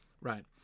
right